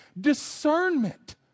discernment